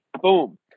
Boom